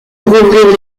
rouvrir